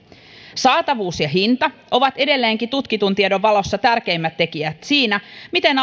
saatavuus ja hinta ovat edelleenkin tutkitun tiedon valossa tärkeimmät tekijät siinä miten